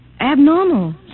abnormal